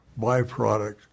byproduct